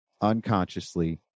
unconsciously